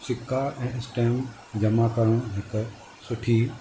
सिका ऐं स्टैंप जमा करणु हिकु सुठी